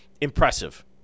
impressive